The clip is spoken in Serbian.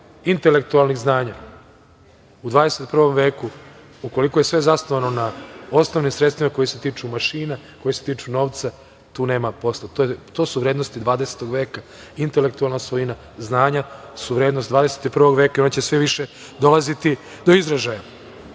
intelektualnih znanja u 21. veku, ukoliko je sve zasnovano na osnovnim sredstvima koja se tiču mašina, koja se tiču novca, tu nema posla. To su vrednosti 20. veka, intelektualna svojina, znanja su vrednost 21. veka i ona će sve više dolaziti do izražaja. Osnovni